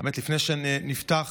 לפני שנפתח,